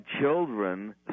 children